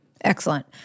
Excellent